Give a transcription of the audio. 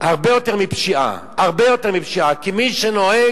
הרבה יותר מפשיעה, הרבה יותר מפשיעה, כי מי שנוהג